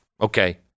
okay